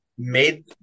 Made